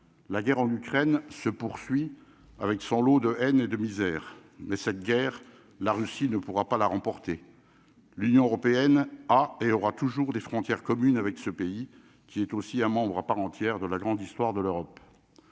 la guerre en Ukraine se poursuit avec son lot de haine et de misère, mais cette guerre, la Russie ne pourra pas la remporter l'Union européenne a et aura toujours des frontières communes avec ce pays qui est aussi un membre à part entière de la grande histoire de l'Europe,